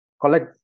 collect